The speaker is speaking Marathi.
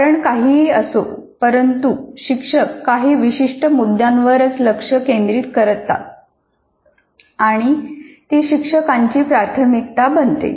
कारण काहीही असो परंतु शिक्षक काही विशिष्ट मुद्द्यावरच लक्ष केंद्रित करतात आणि ती शिक्षकाची प्राथमिकता बनते